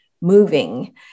moving